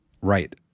Right